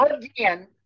again